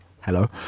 hello